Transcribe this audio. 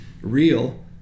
real